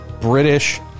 British